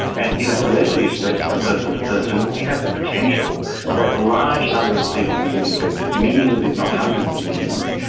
and if it readily spreads from person to person we we have the potential that large numbers of people can get infected, millions if not hundreds of millions.